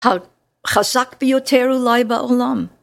‫החזק ביותר אולי בעולם.